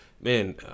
man